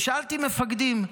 שאלתי מפקדים: